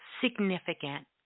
significant